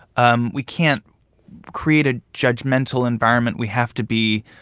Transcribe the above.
um we can't create a judgmental environment. we have to be.